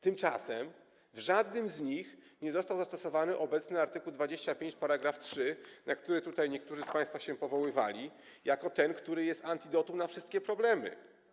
Tymczasem w żadnym z nich nie został zastosowany obecny art. 25 § 3, na który tutaj niektórzy z państwa się powoływali, jako ten, który jest antidotum na wszystkie problemy.